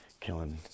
killing